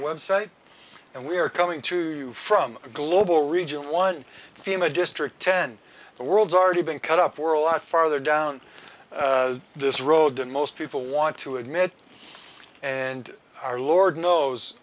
website and we are coming to from a global region one team a district ten the world's already been cut up were a lot farther down this road than most people want to admit and our lord knows